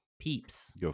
Peeps